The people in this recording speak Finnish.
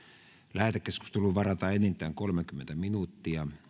lähetekeskusteluun varataan enintään kolmekymmentä minuuttia